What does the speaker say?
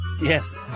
Yes